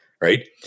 right